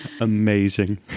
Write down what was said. Amazing